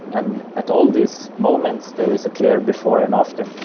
and at all these moments there is a clear before and after.